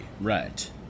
right